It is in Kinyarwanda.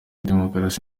demokarasi